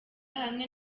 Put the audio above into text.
hamwe